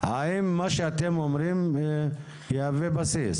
האם מה שאתם אומרים יהווה בסיס?